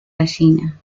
gallina